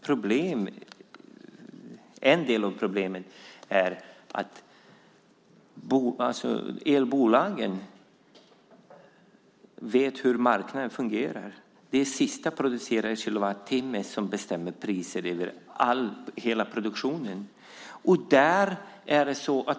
Problemet i dag är att elbolagen vet hur marknaden fungerar - att det är den sist producerade kilowattimmen som bestämmer priset på hela produktionen.